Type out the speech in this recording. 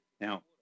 now